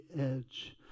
edge